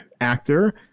actor